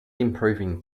improving